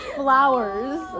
flowers